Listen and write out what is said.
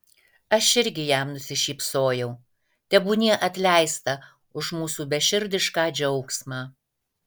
aš irgi jam nusišypsojau tebūnie atleista už mūsų beširdišką džiaugsmą